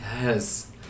Yes